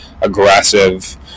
aggressive